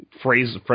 phrase